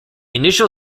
initial